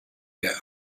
get